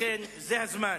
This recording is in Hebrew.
לכן, זה הזמן